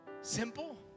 Simple